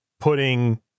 putting